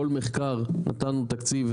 לכל מחקר נתנו תקציב,